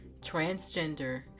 transgender